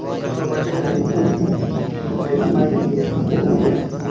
ᱪᱷᱚ ᱵᱟᱡᱮ ᱫᱷᱟᱹᱨᱤᱡ ᱟᱹᱰᱤ ᱱᱟᱯᱟᱭ ᱛᱮᱜᱮ ᱡᱚᱛᱚ ᱦᱚᱲᱞᱮ ᱜᱟᱛᱮᱼᱟ